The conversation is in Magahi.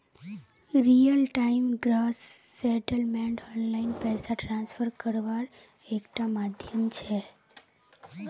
real time gross settlement online पैसा ट्रान्सफर कारवार एक टा माध्यम छे